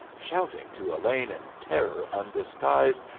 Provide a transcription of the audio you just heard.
shouting to elaine in terror undisguised,